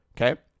okay